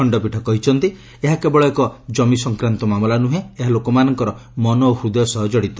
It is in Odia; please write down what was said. ଖଣ୍ଡପୀଠ କହିଛନ୍ତି ଏହା କେବଳ ଏକ ଜମି ସଂକ୍ରାନ୍ତ ମାମଲା ନୁହେଁ ଏହା ଲୋକମାନଙ୍କର ମନ ଓ ହୃଦୟ ସହ ଜଡ଼ିତ